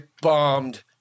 bombed